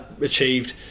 achieved